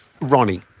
Ronnie